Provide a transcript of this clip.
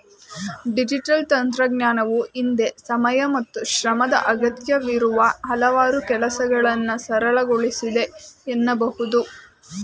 digital ತಂತ್ರಜ್ಞಾನವು ಹಿಂದೆ ಸಮಯ ಮತ್ತು ಶ್ರಮದ ಅಗತ್ಯವಿರುವ ಹಲವಾರು ಕೆಲಸಗಳನ್ನ ಸರಳಗೊಳಿಸಿದೆ ಎನ್ನಬಹುದು